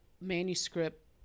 manuscript